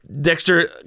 Dexter